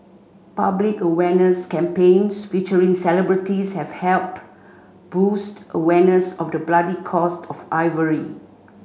public awareness campaigns featuring celebrities have helped boost awareness of the bloody cost of ivory